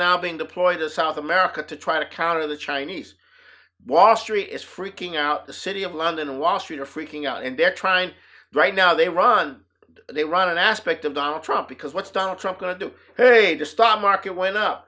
now being deployed to south america to try to counter the chinese wall street is freaking out the city of london and wall street are freaking out and they're trying right now they run they run an aspect of donald trump because what's donald trump going to do to stock market went up